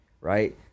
right